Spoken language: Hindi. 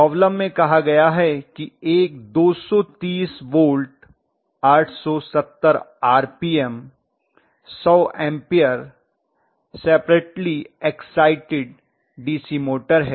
प्रॉब्लम में कहा गया है कि एक 230 volt 870 RPM 100 ampere separately excited DC motor है